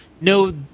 No